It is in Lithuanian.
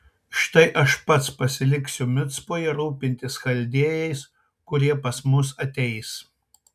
štai aš pats pasiliksiu micpoje rūpintis chaldėjais kurie pas mus ateis